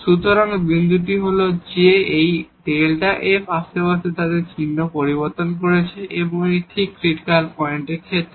সুতরাং বিন্দুটি হল যে এই Δ f আশেপাশে তার চিহ্ন পরিবর্তন করছে এবং এটি ঠিক ক্রিটিকাল পয়েন্টের ক্ষেত্রে